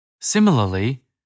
Similarly